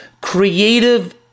creative